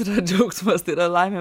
yra džiaugsmas tai yra laimė